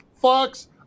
Fox